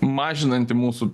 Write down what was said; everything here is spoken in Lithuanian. mažinanti mūsų